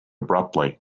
abruptly